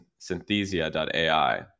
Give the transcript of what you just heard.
Synthesia.ai